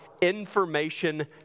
information